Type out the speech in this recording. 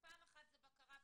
דבר ראשון זה בקרה,